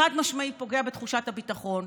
חד-משמעית פוגע בתחושת הביטחון,